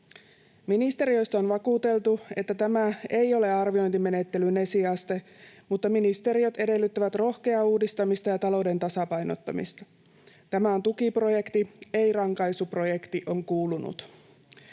Ministeriöstä on vakuuteltu, että tämä ei ole arviointimenettelyn esiaste, mutta ministeriöt edellyttävät rohkeaa uudistamista ja talouden tasapainottamista. Tämä on tukiprojekti, ei rankaisuprojekti, on kuulunut.